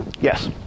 Yes